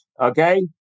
okay